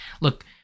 Look